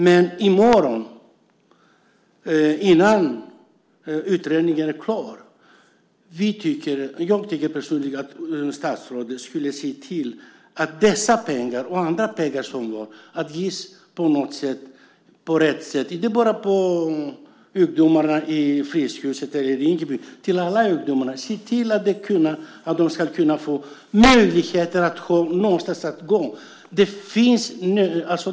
Men innan utredningen är klar tycker jag personligen att statsrådet skulle se till att dessa pengar, och andra pengar, ges på rätt sätt, inte bara till ungdomarna i Fryshuset eller i Rinkeby utan till alla ungdomar. Se till att de får möjligheter att ha någonstans att gå.